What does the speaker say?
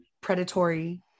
predatory